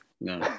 No